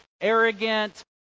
arrogant